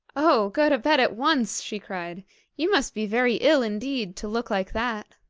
oh! go to bed at once she cried you must be very ill indeed to look like that